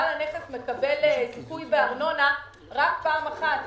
בעל הנכס מקבל זיכוי מארנונה רק פעם אחת.